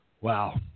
Wow